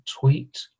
tweet